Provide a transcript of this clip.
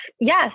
yes